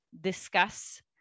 discuss